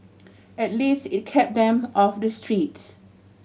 at least it kept them off the streets